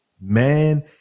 man